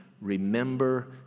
remember